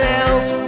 else